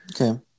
okay